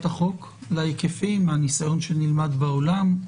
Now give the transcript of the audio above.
החוק להיקפים מהניסיון שנלמד בעולם?